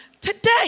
today